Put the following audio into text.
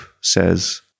says